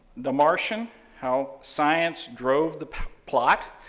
the martian how science drove the plot,